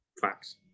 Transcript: Facts